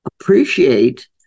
appreciate